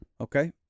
Okay